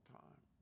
time